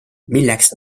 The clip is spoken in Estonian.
milleks